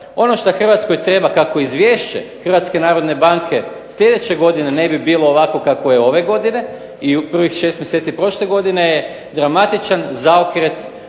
Ono što Hrvatskoj treba, kako Izvješće HNB sljedeće godine ne bi bilo ovakvo kakvo je ove godine i u prvih 6 mjeseci prošle godine, je dramatičan zaokret